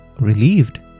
relieved